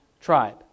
tribe